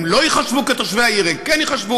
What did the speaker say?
הם לא ייחשבו תושבי העיר, אבל הם כן ייחשבו.